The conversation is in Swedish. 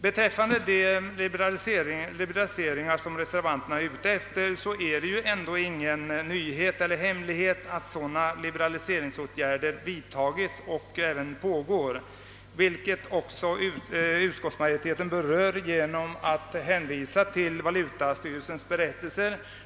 Beträffande de liberaliseringar som reservanterna önskar är det ingen hemlighet att sådana liberaliseringsåtgärder vidtagits och även pågår, vilket också utskottsmajoriteten berör genom att hänvisa till valutastyrelsens berättelse.